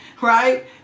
right